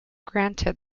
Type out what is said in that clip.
granted